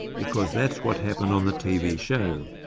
because that's what happened on the tv show.